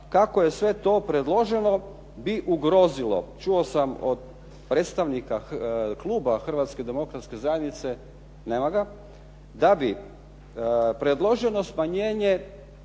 kako je sve to predloženo bi ugrozilo. Čuo sam od predstavnika kluba Hrvatske demokratske zajednice, nema ga, da bi predloženo smanjenje